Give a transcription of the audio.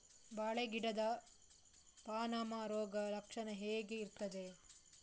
ಬಾಳೆ ಗಿಡದ ಪಾನಮ ರೋಗ ಲಕ್ಷಣ ಹೇಗೆ ಇರ್ತದೆ?